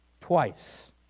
Twice